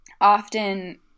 often